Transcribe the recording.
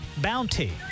Bounty